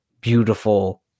beautiful